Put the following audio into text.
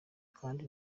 kandi